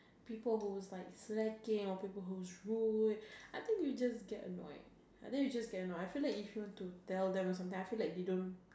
people who's like slacking or people who's rude I think you just get annoyed I think you just get annoyed I feel like you shouldn't to tell them or something I feel like they don't